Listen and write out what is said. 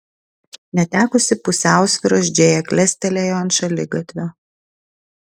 netekusi pusiausvyros džėja klestelėjo ant šaligatvio